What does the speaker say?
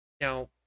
Now